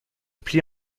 plie